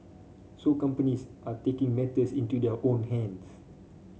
so companies are taking matters into their own hands